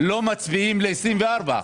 לא מצביעים ל-2024?